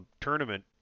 tournament